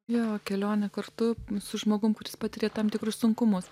jo kelionė kartu su žmogumi kuris patiria tam tikrus sunkumus